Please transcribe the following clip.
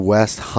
West